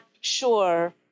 sure